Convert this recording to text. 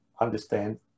understand